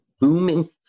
booming